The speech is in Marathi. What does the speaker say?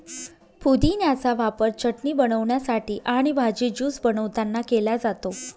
पुदिन्याचा वापर चटणी बनवण्यासाठी आणि भाजी, ज्यूस बनवतांना केला जातो